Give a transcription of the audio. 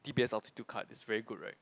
d_b_s Altitude Card it's very good right